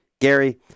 Gary